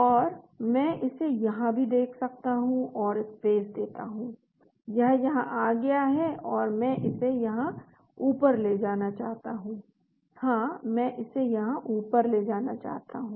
और मैं इसे यहाँ भी देख सकता हूँ और स्पेस देता हूं यह यहाँ आ गया है तो मैं इसे यहाँ ऊपर ले जाना चाहता हूँ हाँ मैं इसे यहाँ ऊपर ले जाना चाहता हूँ